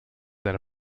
then